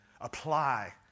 apply